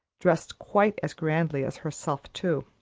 dressed quite as grandly as herself, too.